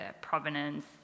provenance